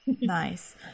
Nice